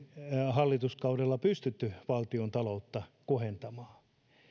hallituskaudella pystytty valtiontaloutta kohentamaan